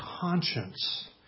conscience